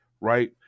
right